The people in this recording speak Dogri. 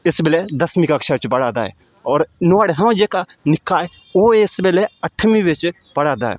इस बैल्ले दसमीं कक्षा च पढ़ा दा ऐ होर नुहाड़े थमां जेह्का नि'क्का ऐ ओह् इस बैल्ले अठमीं बिच पढ़ा दा ऐ